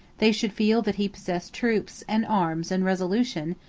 they should feel that he possessed troops, and arms, and resolution,